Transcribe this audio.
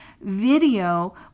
Video